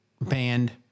band